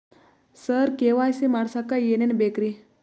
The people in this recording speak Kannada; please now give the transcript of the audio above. ಸರ ಕೆ.ವೈ.ಸಿ ಮಾಡಸಕ್ಕ ಎನೆನ ಬೇಕ್ರಿ?